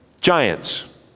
giants